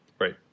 Right